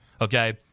okay